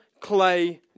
clay